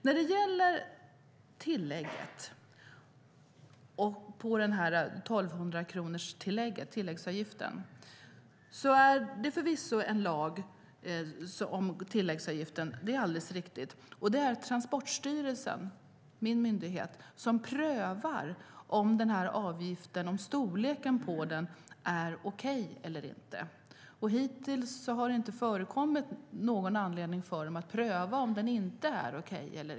När det gäller tilläggsavgiften på 1 200 kronor finns det förvisso en lag; det är alldeles riktigt. Det är Transportstyrelsen, min myndighet, som prövar om storleken på avgiften är okej eller inte. Hittills har det inte förekommit någon anledning att pröva detta.